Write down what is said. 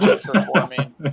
performing